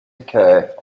occur